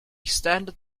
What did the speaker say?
standard